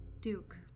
Duke